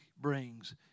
brings